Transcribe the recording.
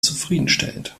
zufriedenstellend